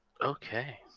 Okay